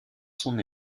son